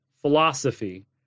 philosophy